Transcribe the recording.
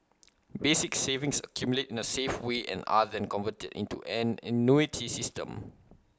basic savings accumulate in A safe way and are then converted into an annuity system